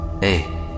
Hey